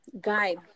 guide